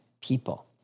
people